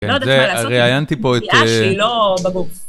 לא יודעת מה לעשות, ראיינתי פה את אהה, תיאש לי לא בגוף.